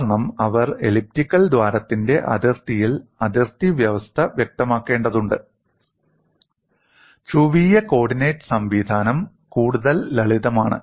കാരണം അവർ എലിപ്റ്റിക്കൽ ദ്വാരത്തിന്റെ അതിർത്തിയിൽ അതിർത്തി വ്യവസ്ഥ വ്യക്തമാക്കേണ്ടതുണ്ട് ധ്രുവീയ കോർഡിനേറ്റ് സംവിധാനം കൂടുതൽ ലളിതമാണ്